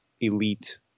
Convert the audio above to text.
elite